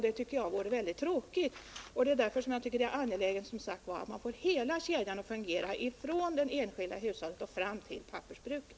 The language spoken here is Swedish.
Det skulle vara mycket tråkigt om det ginge så. Därför är det viktigt att få hela kedjan att fungera från det enskilda hushållet och fram till pappersbruket.